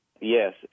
Yes